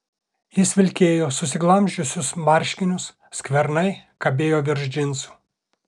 jis vilkėjo susiglamžiusius marškinius skvernai kabėjo virš džinsų